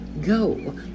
go